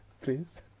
please